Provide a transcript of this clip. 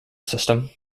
system